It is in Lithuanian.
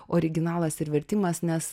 originalas ir vertimas nes